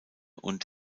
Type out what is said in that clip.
und